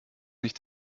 nicht